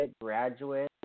Graduate